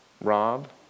Rob